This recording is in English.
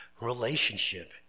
relationship